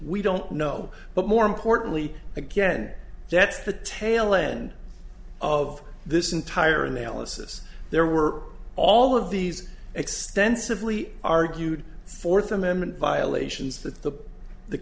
we don't know but more importantly again that's the tail end of this entire analysis there were all of these extensively argued fourth amendment violations th